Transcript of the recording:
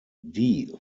die